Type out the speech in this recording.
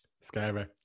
scary